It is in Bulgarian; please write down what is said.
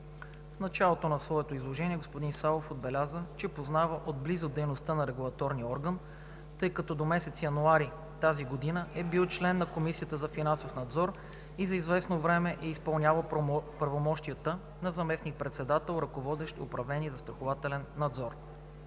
В началото на своето изложение господин Савов отбеляза, че познава отблизо дейността на регулаторния орган, тъй като до месец януари тази година е бил член на Комисията за финансов надзор и за известно време е изпълнявал правомощията на заместник-председател, ръководещ управление „Застраховател надзор“.